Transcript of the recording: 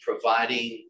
Providing